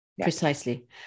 precisely